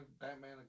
Batman